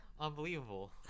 unbelievable